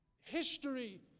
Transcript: history